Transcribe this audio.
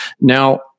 now